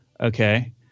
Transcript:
okay